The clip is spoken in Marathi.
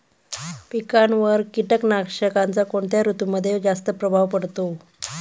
पिकांवर कीटकनाशकांचा कोणत्या ऋतूमध्ये जास्त प्रभाव पडतो?